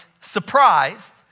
surprised